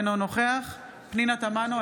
אינו נוכח פנינה תמנו,